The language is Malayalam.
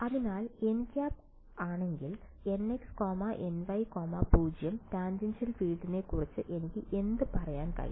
അതിനാൽ nˆ ആണെങ്കിൽ nxny0 ടാൻജൻഷ്യൽ ഫീൽഡിനെക്കുറിച്ച് എനിക്ക് എന്ത് പറയാൻ കഴിയും